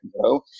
grow